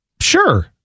sure